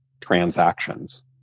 transactions